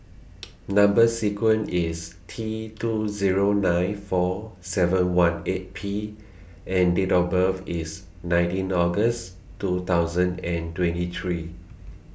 Number sequence IS T two Zero nine four seven one eight P and Date of birth IS nineteen August two thousand and twenty three